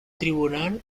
tribunal